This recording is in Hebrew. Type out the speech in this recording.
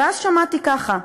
ואז שמעתי ככה: